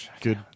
good